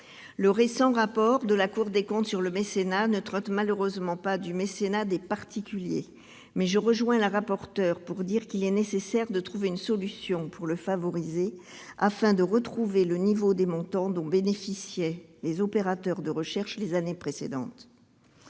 le mécénat, la Cour des comptes ne traite malheureusement pas du mécénat des particuliers, mais je rejoins la rapporteure pour avis pour dire qu'il est nécessaire de trouver une solution pour le favoriser, afin de retrouver le niveau des montants dont bénéficiaient les opérateurs de recherche les années précédentes.